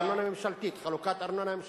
של חלוקת ארנונה ממשלתית.